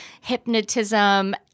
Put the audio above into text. hypnotism